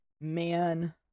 Man